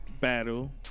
battle